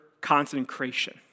consecration